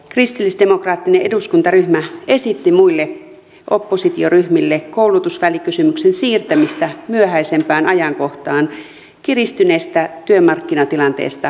kristillisdemokraattinen eduskuntaryhmä esitti muille oppositioryhmille koulutusvälikysymyksen siirtämistä myöhäisempään ajankohtaan kiristyneestä työmarkkinatilanteesta johtuen